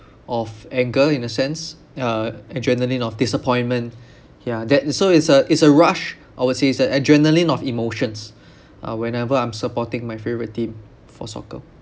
of anger in a sense uh adrenaline of disappointment ya that is so it's a it's a rush I would say it's a adrenaline of emotions uh whenever I'm supporting my favorite team for soccer